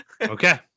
Okay